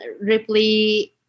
Ripley